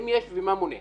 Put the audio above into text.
האם יש ומה מונע?